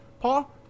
Paul